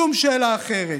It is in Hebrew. שום שאלה אחרת.